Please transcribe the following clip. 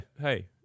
Hey